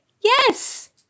yes